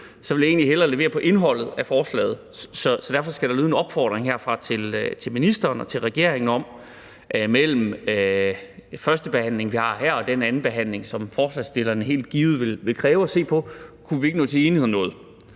ville jeg egentlig hellere levere på indholdet af forslaget, så derfor skal der lyde en opfordring herfra til ministeren og til regeringen om mellem den førstebehandling, som vi har her, og den andenbehandling, som forslagsstillerne helt givet vil kræve, at se på, om vi ikke kunne nå til enighed om noget.